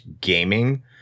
gaming –